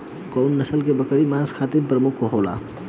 कउन नस्ल के बकरी मांस खातिर प्रमुख होले?